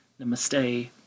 namaste